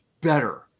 better